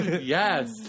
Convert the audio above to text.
Yes